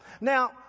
Now